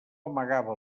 amagava